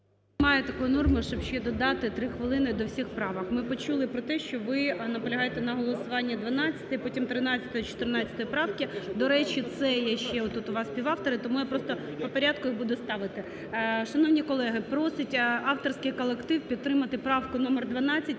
Немає такої норми, щоб ще додати 3 хвилини до всіх правок. Ми почули про те, що ви наполягаєте на голосуванні 12-ї, потім 13-ї і 14 правки. До речі, це є, ще отут у вас співавтори, тому я просто по порядку їх буду ставити. Шановні колеги, просить авторський колектив підтримати правку номер 12